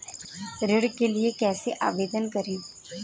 ऋण के लिए कैसे आवेदन करें?